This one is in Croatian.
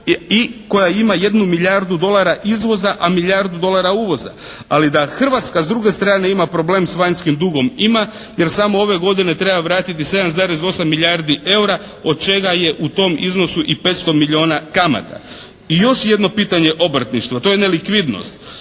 koja ima 1 milijardu dolara izvoza, a milijardu dolara uvoza. Ali da Hrvatska s druge strane ima problem s vanjskim dugom ima, jer samo ove godine treba vratiti 7,8 milijardi eura od čega je u tom iznosu i 500 milijuna kamata. I još jedno pitanje je obrtništvo. To je nelikvidnost.